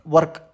Work